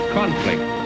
conflict